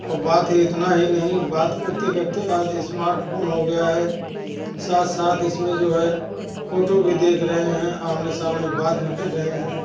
और बात इतना ही नहीं बात करते करते आज स्मार्टफोन हो गया है साथ साथ इसमें जो है फोटो भी देख रहे हैं आमने सामने बात भी कर रहे हैं